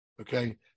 okay